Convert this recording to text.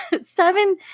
seven